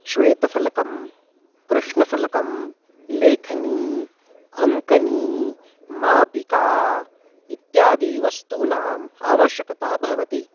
श्वेतफ़लकं कृष्णफ़लकं लेखनी अङ्कनी मापिका इत्यादि वस्तूनाम् आवश्यकता भवति